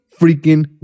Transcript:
freaking